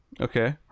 Okay